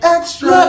Extra